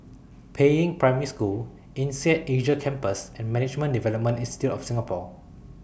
Peiying Primary School Insead Asia Campus and Management Development Institute of Singapore